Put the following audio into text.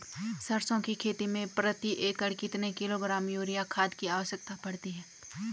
सरसों की खेती में प्रति एकड़ कितने किलोग्राम यूरिया खाद की आवश्यकता पड़ती है?